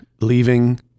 leaving